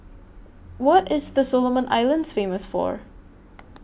What IS The Solomon Islands Famous For